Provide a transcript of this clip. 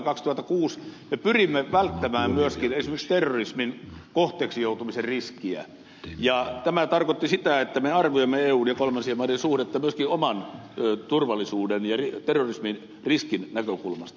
me pyrimme välttämään myöskin esimerkiksi terrorismin kohteeksi joutumisen riskiä ja tämä tarkoitti sitä että me arvioimme eun ja kolman sien maiden suhdetta myöskin oman turvallisuuden ja terrorismin riskin näkökulmasta